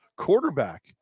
quarterback